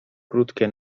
krótkie